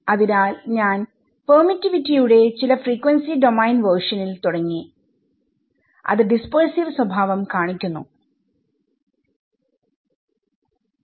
അതിനാൽ ഞാൻ പെർമിറ്റിവിറ്റിയുടെ ചില ഫ്രീക്വൻസി ഡോമെയിൻ വേർഷനിൽ തുടങ്ങി അത് ഡിസ്പെഴ്സിവ് സ്വഭാവം കാണിക്കുന്നു ആണ്